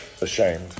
ashamed